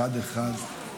אחד-אחד,